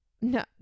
No